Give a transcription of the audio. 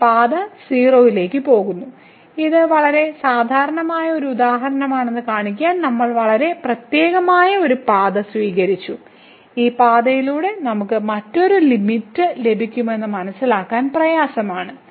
ഈ പാത 0 ലേക്ക് പോകുന്നു ഇത് വളരെ സാധാരണമായ ഒരു ഉദാഹരണമാണെന്ന് കാണിക്കാൻ നമ്മൾ വളരെ പ്രത്യേകമായ ഒരു പാത സ്വീകരിച്ചു ഈ പാതയിലൂടെ നമുക്ക് മറ്റൊരു ലിമിറ്റ് ലഭിക്കുമെന്ന് മനസ്സിലാക്കാൻ പ്രയാസമാണ്